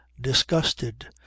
disgusted